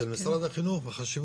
של משרד החינוך,